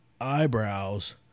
eyebrows